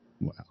Wow